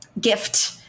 gift